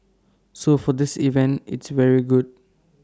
so for this event it's very good